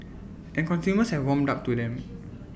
and consumers have warmed up to them